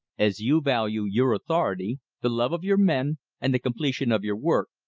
as you value your authority, the love of your men, and the completion of your work,